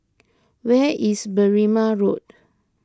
where is Berrima Road